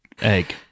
egg